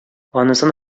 анысын